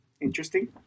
Interesting